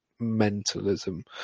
mentalism